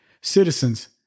citizens